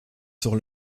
sur